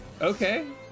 okay